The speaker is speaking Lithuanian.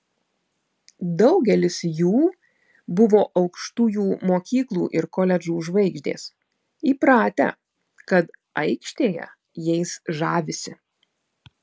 daugelis jų buvo aukštųjų mokyklų ir koledžų žvaigždės įpratę kad aikštėje jais žavisi